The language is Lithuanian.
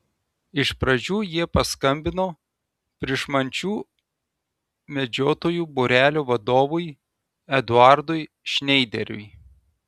iš pradžių jie paskambino pryšmančių medžiotojų būrelio vadovui eduardui šneideriui